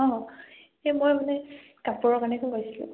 অঁ এই মই মানে কাপোৰৰ কাৰণে ফোন কৰিছিলোঁ